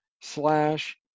slash